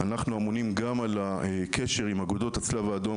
אנחנו אמונים גם על הקשר עם אגודות הצלב האדום